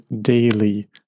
daily